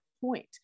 point